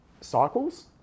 cycles